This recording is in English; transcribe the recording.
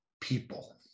people